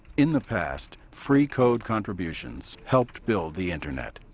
in the past, free code contributions helped build the internet.